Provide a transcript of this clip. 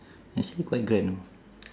this year quite grand